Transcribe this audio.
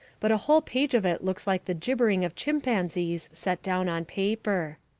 but a whole page of it looks like the gibbering of chimpanzees set down on paper.